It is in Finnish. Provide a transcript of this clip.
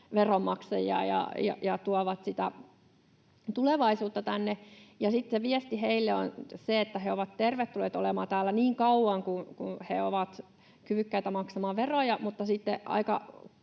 veronmaksajia ja tuovat sitä tulevaisuutta tänne. Ja sitten se viesti heille on se, että he ovat tervetulleita olemaan täällä niin kauan kun he ovat kyvykkäitä maksamaan veroja. Mutta sitten